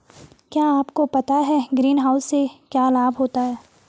क्या आपको पता है ग्रीनहाउस से क्या लाभ होता है?